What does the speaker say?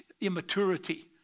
immaturity